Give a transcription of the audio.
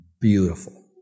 beautiful